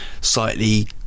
slightly